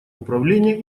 управления